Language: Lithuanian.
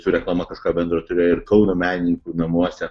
su reklama kažką bendro turėjo ir kauno menininkų namuose